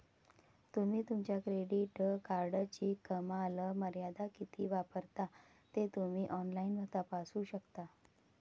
तुम्ही तुमच्या क्रेडिट कार्डची कमाल मर्यादा किती वापरता ते तुम्ही ऑनलाइन तपासू शकता